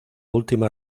última